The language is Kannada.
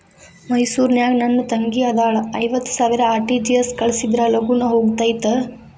ಮೈಸೂರ್ ನಾಗ ನನ್ ತಂಗಿ ಅದಾಳ ಐವತ್ ಸಾವಿರ ಆರ್.ಟಿ.ಜಿ.ಎಸ್ ಕಳ್ಸಿದ್ರಾ ಲಗೂನ ಹೋಗತೈತ?